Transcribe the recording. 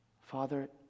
father